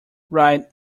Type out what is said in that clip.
right